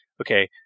okay